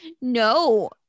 No